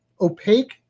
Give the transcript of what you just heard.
opaque